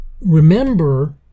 Remember